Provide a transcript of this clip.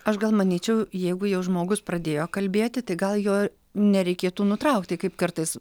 aš gal manyčiau jeigu jau žmogus pradėjo kalbėti tai gal jo nereikėtų nutraukti kaip kartais